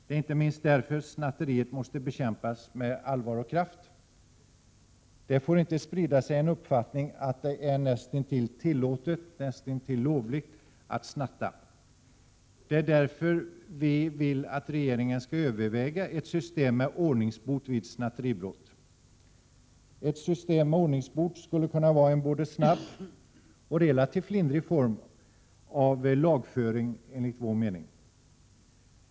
Det är inte minst därför snatteriet måste bekämpas med allvar och kraft. Det får inte sprida sig en uppfattning att det är näst intill tillåtet, näst intill lovligt att snatta. Det är mot den bakgrunden vi vill att regeringen skall överväga ett system med ordningsbot vid snatteribrott. Ett sådant system skulle enligt vår mening kunna vara en både snabb och relativt lindrig form av lagföring.